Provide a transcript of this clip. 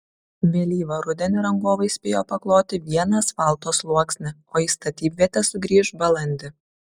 vėlyvą rudenį rangovai spėjo pakloti vieną asfalto sluoksnį o į statybvietę sugrįš balandį